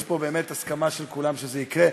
יש פה באמת הסכמה של כולם שזה יקרה.